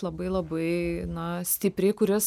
labai labai na stipriai kuris